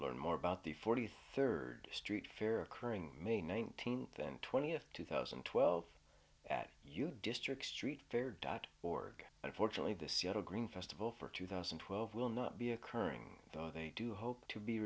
learn more about the forty third street fair occurring may nineteenth and twentieth two thousand and twelve at u district street fair dot org unfortunately the seattle green festival for two thousand and twelve will not be occurring though they do hope to be